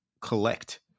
collect